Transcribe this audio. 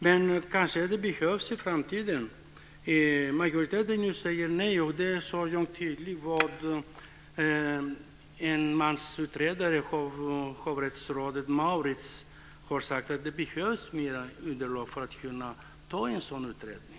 Men det behövs kanske i framtiden. Majoriteten säger nej. Enmansutredaren f.d. hovrättsrådet Mauritz Bäärnhielm har sagt att det behövs mer underlag för att kunna göra en sådan utredning.